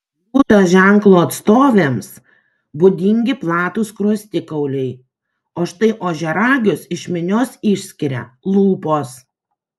liūto ženklo atstovėms būdingi platūs skruostikauliai o štai ožiaragius iš minios išskiria lūpos